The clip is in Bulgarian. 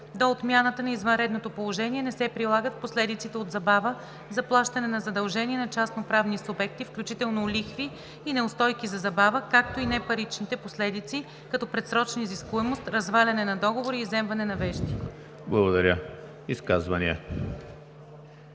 До отмяната на извънредното положение не се прилагат последиците от забава за плащане на задължения на частноправни субекти, включително лихви и неустойки за забава, както и непаричните последици, като предсрочна изискуемост разваляне на договори и изземване на вещи.“ ПРЕДСЕДАТЕЛ